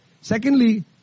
Secondly